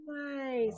nice